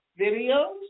videos